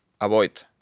Avoid